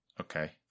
Okay